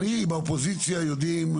אני עם האופוזיציה יודעים,